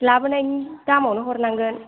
लाबोनायनि दामावनो हरनांगोन